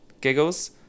giggles